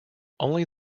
only